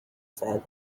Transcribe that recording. said